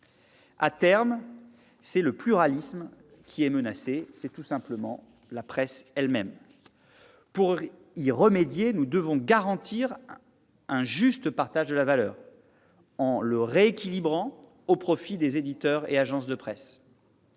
À terme, c'est le pluralisme qui est menacé, et tout simplement la presse elle-même. Pour remédier à cette situation, nous devons garantir un juste partage de la valeur et procéder à un rééquilibrage au profit des éditeurs et des agences de presse.